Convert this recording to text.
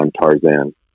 Tarzan